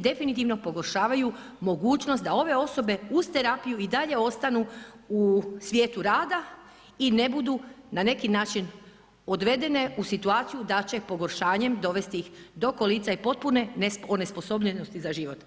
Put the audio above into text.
definitivno pogoršavaju mogućnost da ove osobe, uz terapiju i dalje ostanu u svijetu rada i ne budu na neki način odvedene u situaciju da će pogoršanjem dovesti ih do kolica i potpune onesposobljenosti za život.